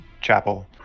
chapel